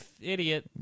idiot